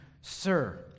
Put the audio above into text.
Sir